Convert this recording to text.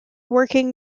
working